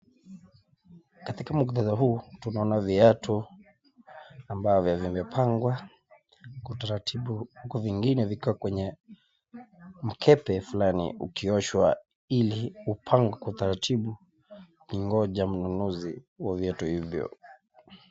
Katika muktadha huu tunaona viatu ambavyo vimepangwa kwa utaratibu huku vingine vikiwa kwenye mkebe fulani ukioshwa ili upangwe kwa utaratibu ukingoja mnunuzi wa viatu hivyo.